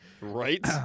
Right